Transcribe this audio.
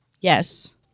Yes